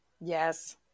yes